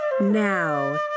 Now